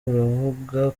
uravuga